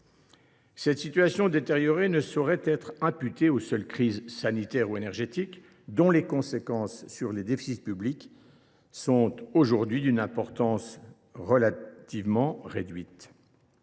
européens. Or elle ne saurait être imputée aux seules crises sanitaire ou énergétique, dont les conséquences sur les déficits publics sont aujourd’hui d’une importance réduite.